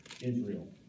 Israel